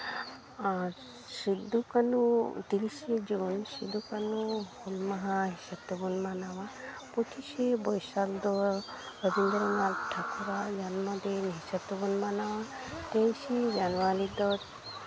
ᱟᱨ ᱥᱤᱫᱩ ᱠᱟᱹᱱᱩ ᱛᱤᱨᱤᱥᱮ ᱡᱩᱱ ᱥᱤᱫᱩ ᱠᱟᱹᱱᱩ ᱦᱩᱞ ᱢᱟᱦᱟ ᱦᱤᱥᱟᱹᱵ ᱛᱮᱵᱚᱱ ᱢᱟᱱᱟᱣᱟ ᱯᱚᱸᱪᱤᱥᱮ ᱵᱳᱭᱥᱟᱠᱷ ᱫᱚ ᱨᱚᱵᱤᱱᱫᱨᱚᱱᱟᱛᱷ ᱴᱷᱟᱹᱠᱩᱨ ᱟᱜ ᱡᱚᱱᱢᱚ ᱫᱤᱱ ᱦᱤᱥᱟᱹᱵ ᱛᱮᱵᱚᱱ ᱢᱟᱱᱟᱣᱟᱛᱮᱭᱤᱥᱮ ᱡᱟᱱᱩᱣᱟᱨᱤ ᱫᱚ